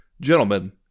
Gentlemen